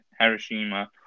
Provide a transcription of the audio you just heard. Hiroshima